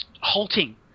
halting